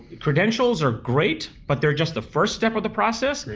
credentials are great, but they're just the first step of the process.